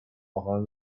behind